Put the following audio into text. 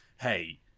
hey